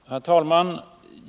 Herr talman!